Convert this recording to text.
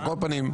על כל פנים,